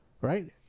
Right